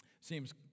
Seems